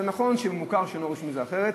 זה נכון שמוכר שאינו רשמי זה אחרת,